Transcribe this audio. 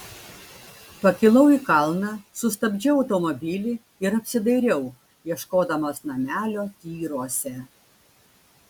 pakilau į kalną sustabdžiau automobilį ir apsidairiau ieškodamas namelio tyruose